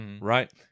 right